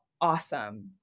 awesome